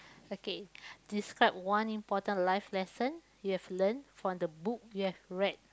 okay describe one important life lesson you have learnt from the book you have read